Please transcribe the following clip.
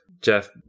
Jeff